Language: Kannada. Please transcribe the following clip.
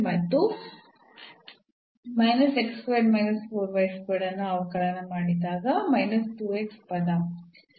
ಮತ್ತು ಅನ್ನು ಅವಕಾಲನ ಮಾಡಿದಾಗ ಪದ